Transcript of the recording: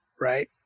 right